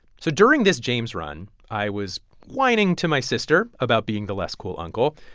so during this james run, i was whining to my sister about being the less cool uncle.